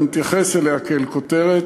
אתה מתייחס אליה כאל כותרת.